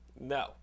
No